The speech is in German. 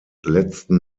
letzten